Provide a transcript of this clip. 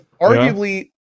arguably